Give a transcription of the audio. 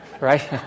right